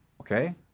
okay